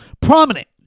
Prominent